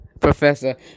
professor